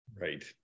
Right